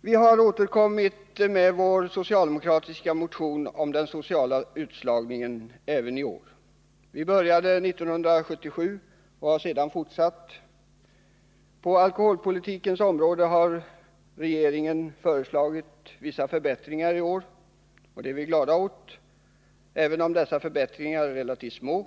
Vi socialdemokrater har även i år återkommit med vår motion om den sociala utslagningen. Vi började 1977 och har sedan fortsatt. På alkoholpolitikens område har regeringen i år föreslagit vissa förbättringar — och dem är vi glada åt, även om de är relativt små.